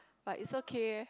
but is okay